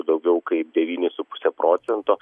daugiau kaip devynis su puse procento